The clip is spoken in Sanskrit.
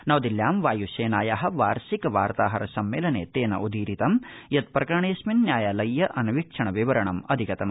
नवदिल्ल्यां वायुसेनाया वार्षिक वार्ताहर सम्मेलने तेनोदीरितं यत् प्रकरणेऽस्मिन् न्यायालयीय अन्वीक्षण विवरणं अधिगतम्